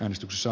äänestyksessä